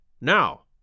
now